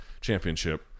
championship